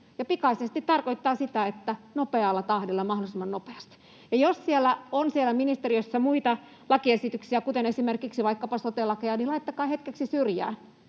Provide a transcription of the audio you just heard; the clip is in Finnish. pikaisesti tarkoittaa sitä, että nopealla tahdilla, mahdollisimman nopeasti. Ja jos siellä ministeriössä on muita lakiesityksiä, kuten esimerkiksi vaikkapa sote-lakeja, niin laittakaa ne hetkeksi syrjään.